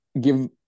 give